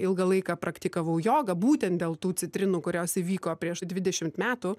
ilgą laiką praktikavau jogą būtent dėl tų citrinų kurios įvyko prieš dvidešimt metų